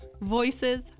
Voices